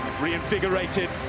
reinvigorated